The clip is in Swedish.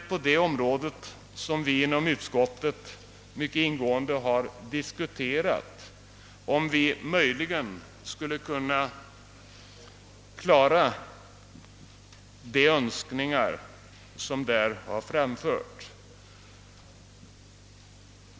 På det området har vi inom utskottet mycket ingående diskuterat, huruvida de önskemål möjligen skulle kunna tillgodoses som därvidlag har framförts.